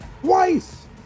Twice